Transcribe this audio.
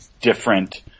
different